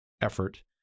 effort